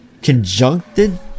conjuncted